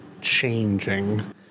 changing